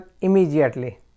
immediately